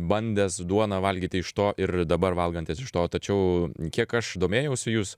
bandęs duoną valgyti iš to ir dabar valgantis iš to tačiau kiek aš domėjausi jūs